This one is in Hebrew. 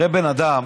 הרי בן אדם